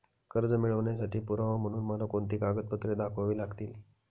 कर्ज मिळवण्यासाठी पुरावा म्हणून मला कोणती कागदपत्रे दाखवावी लागतील?